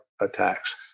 attacks